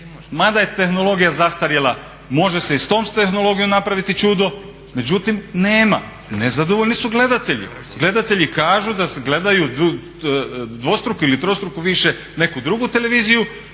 mada je tehnologija zastarjela može se i s tom tehnologijom napraviti čudo. Međutim, nema. Nezadovoljni su gledatelji. Gledatelji kažu da gledaju dvostruko ili trostruko više neku drugu televiziju